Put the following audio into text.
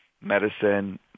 medicine